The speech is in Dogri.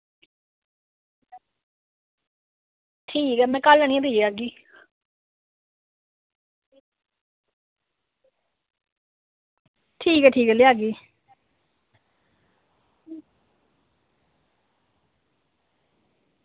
ठीक ऐ में कल आह्नियै देई जाह्गी